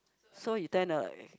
so you tend to like